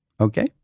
Okay